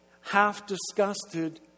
half-disgusted